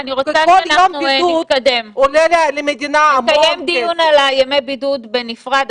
על ימי בידוד נקיים דיון בנפרד.